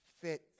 fit